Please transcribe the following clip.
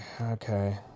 okay